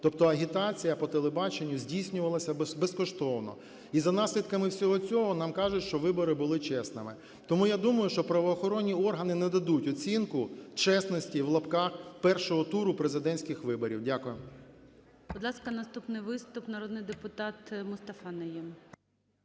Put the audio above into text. Тобто агітація по телебаченню здійснювалася безкоштовно. І за наслідками всього цього нам кажуть, що вибори були чесними. Тому я думаю, що правоохоронні органи нададуть оцінку чесності першого туру президентських виборів. Дякую.